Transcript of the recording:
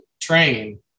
train